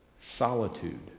solitude